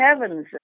heaven's